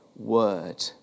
word